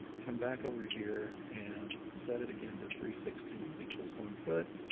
come back over here and set it again to three sixteen equals one foot.